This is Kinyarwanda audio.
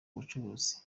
ubucuruzi